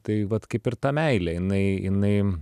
tai vat kaip ir ta meilė jinai jinai